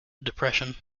depression